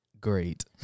great